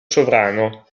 sovrano